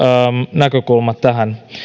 näkökulma tähän